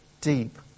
deep